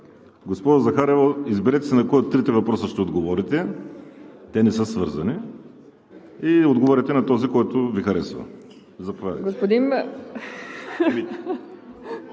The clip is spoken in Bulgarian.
Госпожо Захариева, изберете си на кой от трите въпроса ще отговорите, те не са свързани и отговорете на този, който Ви харесва.